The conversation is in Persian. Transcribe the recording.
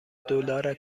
دلار